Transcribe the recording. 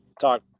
talk